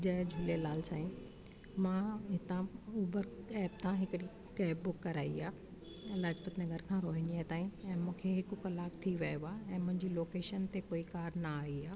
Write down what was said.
जय झूलेलाल साईं मां हितां Uber app तां हिकु कैब बुक कराई आहे लाजपत नगर खां रोहिणीअ ताईं ऐं मूंखे हिकु कलाकु थी वियो आहे ऐं मुंहिंजी लोकेशन ते कोई कार न आई आहे